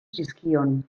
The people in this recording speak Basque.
zizkion